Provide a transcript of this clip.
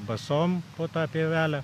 basom po tą pievelę